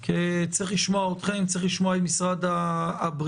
כי צריך לשמוע אתכם, צריך לשמוע את משרד הבריאות.